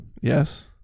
Yes